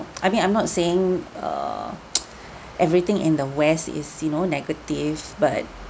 I mean I'm not saying err everything in the west is you know negative but